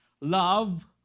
love